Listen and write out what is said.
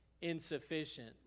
insufficient